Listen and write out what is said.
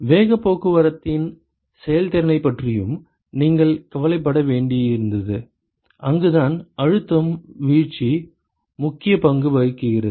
வேகப் போக்குவரத்தின் செயல்திறனைப் பற்றியும் நீங்கள் கவலைப்பட வேண்டியிருந்தது அங்குதான் அழுத்தம் வீழ்ச்சி முக்கிய பங்கு வகிக்கிறது